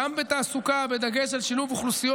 גם בתעסוקה בדגש על שילוב אוכלוסיות